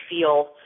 feel